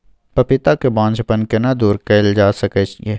पपीता के बांझपन केना दूर कैल जा सकै ये?